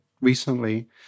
recently